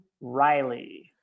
Riley